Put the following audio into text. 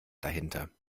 dahinter